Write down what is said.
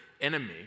enemy